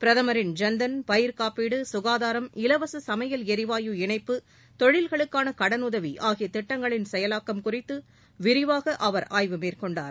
பிரதமரின் ஜன் தன் பயிர்காப்பீடு சுகாதாரம் இலவச சமையல் எரிவாயு இணைப்பு தொழில்களுக்கான கடனுதவி ஆகிய திட்டங்களின் செயலாக்கம் குறித்து விரிவாக அவர் ஆய்வு மேற்கொண்டார்